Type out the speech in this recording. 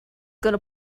gonna